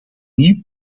nieuw